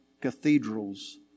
cathedrals